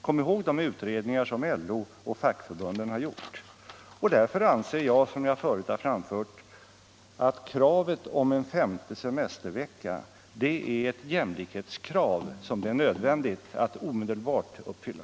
Kom ihåg de utredningar som LO och fackförbunden har gjort! Därför anser jag, som jag förut har framfört, att kravet på en femte semestervecka är ett jämlikhetskrav som det är nödvändigt att omedelbart uppfylla.